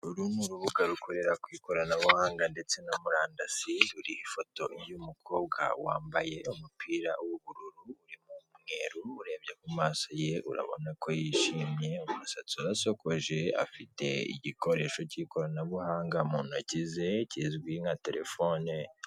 Uru ni urubuga rukorera ku ikoranabuhanga ndetse na murandasi. Ruriho ifoto y'umukobwa wambaye umupira w'ubururu urimo umweru, urebye ku maso ye urabona ko yishimye, umusatsi urasokoje, afite igikoresho cy'ikoranabuhanga mu ntoki ze kizwi nka terefone.